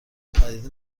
پدیده